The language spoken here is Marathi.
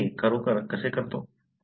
आपण हे खरोखर कसे करतो